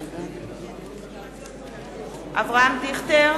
אברהם דיכטר